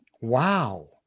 Wow